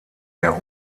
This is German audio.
der